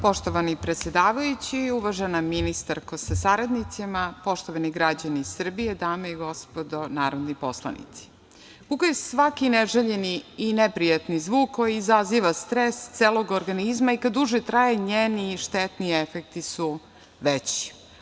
Poštovani predsedavajući i uvažena ministarko sa saradnicima, poštovani građani Srbije, dame i gospodo narodni poslanici, buka je svaki neželjeni i neprijatni zvuk koji izaziva stres celog organizma i kada duže traje, njeni štetni efekti su veći.